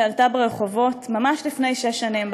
שעלתה ברחובות ממש לפני שש שנים,